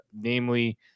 namely